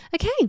okay